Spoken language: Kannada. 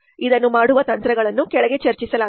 ಇದನ್ನು ಮಾಡುವ ತಂತ್ರಗಳನ್ನು ಕೆಳಗೆ ಚರ್ಚಿಸಲಾಗಿದೆ